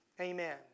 Amen